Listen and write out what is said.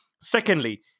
Secondly